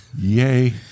Yay